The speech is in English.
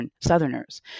Southerners